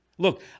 Look